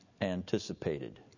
anticipated